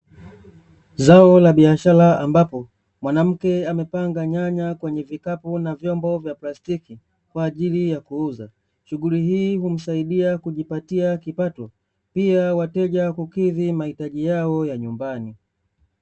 Zao la biashara ambapo mwanamke amepanga nyanya kwenye vikapu vya na vyombo vya plastiki, kwaajili ya kuuza shughuli hii humsaidia kujipatia kipato pia wateja kukidhi maitaji yao ya nyumbani.